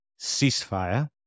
ceasefire